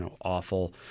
awful